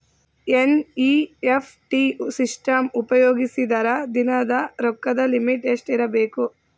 NEFT system ಉಪಯೋಗಿಸಿದರ ದಿನದ ರೊಕ್ಕದ ಲಿಮಿಟ್ ಎಷ್ಟ ಇರಬೇಕು?